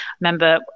Remember